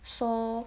so